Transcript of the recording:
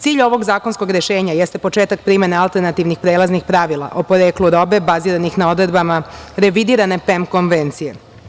Cilj ovog zakonskog rešenja jeste početak primene alternativnih prelaznih pravila o poreklu robe, baziranih na odredbama revidirane PEM konvencije.